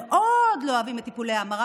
שמאוד לא אוהבים את טיפולי ההמרה,